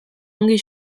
ongi